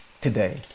today